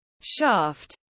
shaft